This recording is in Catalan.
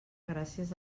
gràcies